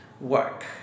work